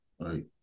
Right